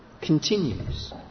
continues